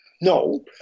no